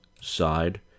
side